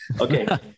Okay